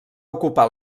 ocupar